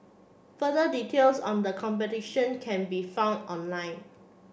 further details on the competition can be found online